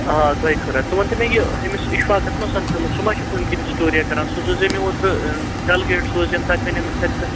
آ دۄیہِ خٲرا ژٕ وَن تہٕ مےٚ یہِ ہیٚمِس اِشفاقَس ما سَمکھیوکھ سُہ ما چھُ کُنہِ کُنہِ سِٹوریا کَران سُہ سوزٕے مےٚ اوتٕرٕ ڈَلگیٹ سوزیم تَتہِ وَنیمَس تَتہِ کر